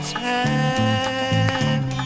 time